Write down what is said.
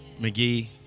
McGee